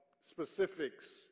specifics